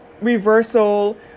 reversal